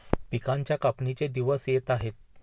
पिकांच्या कापणीचे दिवस येत आहेत